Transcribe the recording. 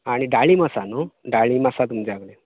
आनी डाळींब आसा न्हू डाळींब आसा तुमच्या कडेन